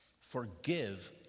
forgive